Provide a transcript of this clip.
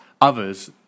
others